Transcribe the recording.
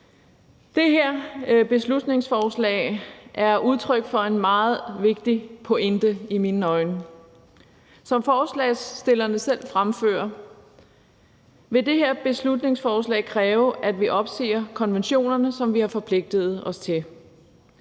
Det her beslutningsforslag er udtryk for en meget vigtig pointe i mine øjne. Som forslagsstillerne selv fremfører, vil det her beslutningsforslag kræve, at vi opsiger konventionerne, som vi har forpligtet os til